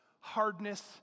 hardness